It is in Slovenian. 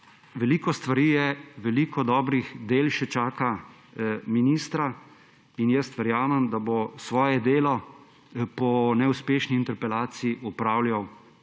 Veliko stvari je, veliko dobrih del še čaka ministra in jaz verjamem, da bo svoje delo po neuspešni interpelaciji opravljal